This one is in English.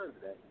today